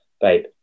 babe